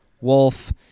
Wolf